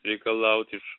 reikalaut iš